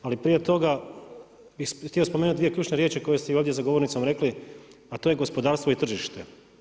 Ali prije toga htio bi spomenuti dvije ključne riječi koje ste i ovdje za govornicom rekli a to je gospodarstvo i tržište.